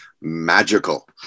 magical